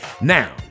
Now